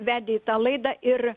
vedė tą laidą ir